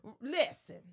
Listen